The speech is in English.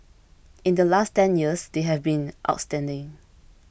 in the last ten years they have been outstanding